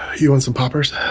you want some poppers?